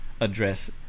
address